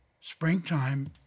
Springtime